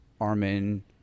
Armin